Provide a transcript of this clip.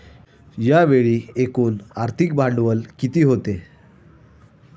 यावेळी एकूण आर्थिक भांडवल किती होते?